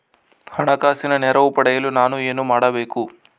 ಹಣಕಾಸಿನ ನೆರವು ಪಡೆಯಲು ನಾನು ಏನು ಮಾಡಬೇಕು?